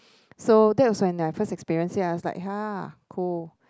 so that was when I first experience it I was like !huh! cool